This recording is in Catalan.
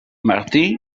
martí